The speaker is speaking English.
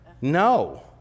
no